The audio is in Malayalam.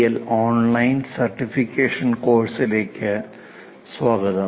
എൽ ഓൺലൈൻ സർട്ടിഫിക്കേഷൻ കോഴ്സുകളിലേക്ക് സ്വാഗതം